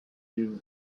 you